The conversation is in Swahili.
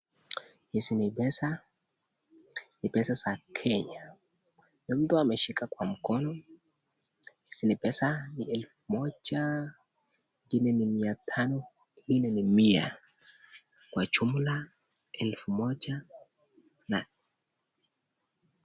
Hizi ni pesa, ni pesa za Kenya na mtu ameshika kwa mkono, hizi ni pesa ni elfu moja, ingine ni mia tano, ingine ni mia, kwa jumla elfu moja na ...